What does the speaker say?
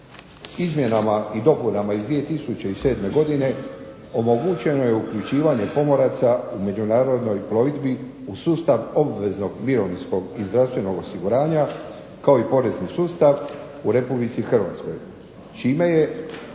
Izmjenama i dopunama iz 2007. godine omogućeno je uključivanje pomoraca u međunarodnoj plovidbi u sustav obveznog mirovinskog i zdravstvenog osiguranja kao i porezni sustav u RH, čime je